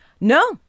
No